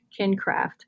Kincraft